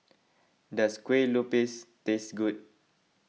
does Kueh Lupis taste good